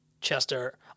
Chester